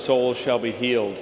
soul shall be healed